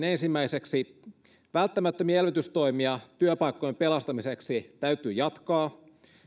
ensimmäiseksi välttämättömiä elvytystoimia työpaikkojen pelastamiseksi täytyy jatkaa